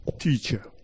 teacher